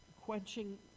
Quenching